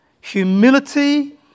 humility